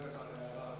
אני מודה לך על ההערה,